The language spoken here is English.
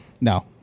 No